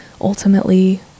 ultimately